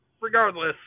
Regardless